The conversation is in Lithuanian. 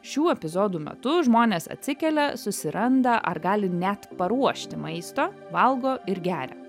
šių epizodų metu žmonės atsikelia susiranda ar gali net paruošti maisto valgo ir geria